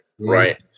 right